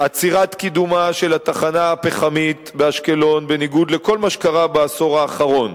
עצירת קידומה של התחנה הפחמית באשקלון בניגוד לכל מה שקרה בעשור האחרון,